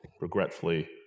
regretfully